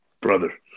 Brother